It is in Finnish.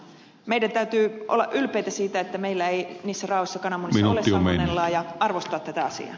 meidän täytyy olla ylpeitä siitä että meillä ei niissä raaoissa kananmunissa ole salmonellaa ja arvostaa tätä asiaa